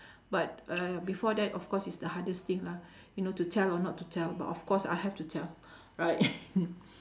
but uh before that of course it's the hardest lah you know to tell or not to tell but of course I have to tell right